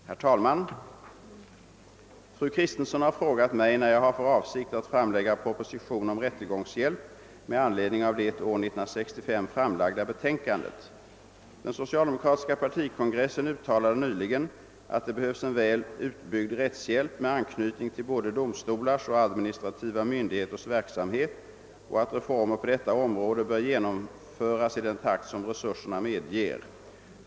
Herr talman! Fru Kristensson har frågat mig när jag har för avsikt att framlägga proposition om rättegångshjälp med anledning av det år 1965 framlagda betänkandet. Den socialdemokratiska partikongressen uttalade nyligen, att det behövs en väl utbyggd rättshjälp med anknytning till både domstolars och administrativa myndigheters verksamhet och att reformer på detta område bör genomföras i den takt som resurserna medger.